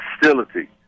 hostility